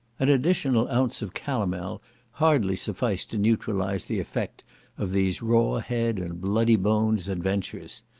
an additional ounce of calomel hardly sufficed to neutralize the effect of these raw-head and bloody-bones adventures.